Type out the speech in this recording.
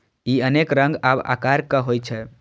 ई अनेक रंग आ आकारक होइ छै